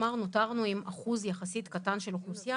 נותרנו עם אחוז יחסית קטן של אוכלוסייה